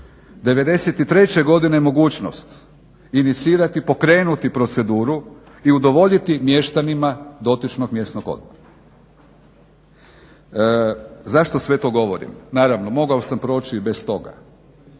'93. godine mogućnost inicirati i pokrenuti proceduru i udovoljiti mještanima dotičnog mjesnog odbora. Zašto sve to govorim? Naravno mogao sam proći i bez toga,